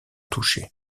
touchés